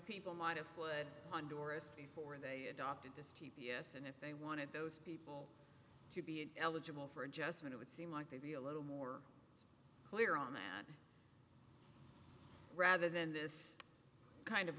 people might have on doris before they adopted this t p s and if they wanted those people to be eligible for adjustment it would seem like they'd be a little more clear on that rather than this kind